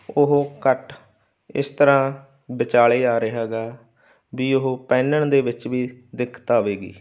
ਉਹ ਕੱਟ ਇਸ ਤਰ੍ਹਾਂ ਵਿਚਾਲੇ ਆ ਰਿਹਾ ਹੈਗਾ ਵੀ ਉਹ ਪਹਿਨਣ ਦੇ ਵਿੱਚ ਵੀ ਦਿੱਕਤ ਆਵੇਗੀ